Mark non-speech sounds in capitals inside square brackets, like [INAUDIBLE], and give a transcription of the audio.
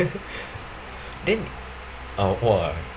[LAUGHS] then uh !wah!